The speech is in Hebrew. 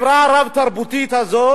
אנחנו רוצים שבחברה הרב-תרבותית הזאת,